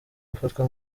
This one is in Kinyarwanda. gufatwa